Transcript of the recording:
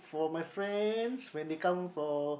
for my friends when they come for